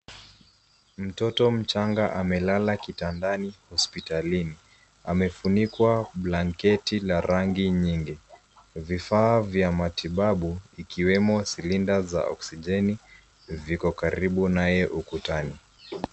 Mtoto mchanga amelala kitandani hospitalini, amefunikwa blanketi la rangi nyingi. Vifaa vya matibabu ikiwemo silinda za oksijeni, viko karibu naye ukutani.